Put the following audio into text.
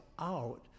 out